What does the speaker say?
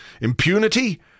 impunity